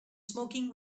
smoking